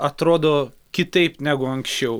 atrodo kitaip negu anksčiau